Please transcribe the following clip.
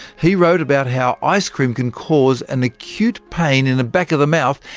he wrote about how ice-cream can cause an acute pain in the back of the mouth,